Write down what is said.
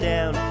Down